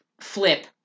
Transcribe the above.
flip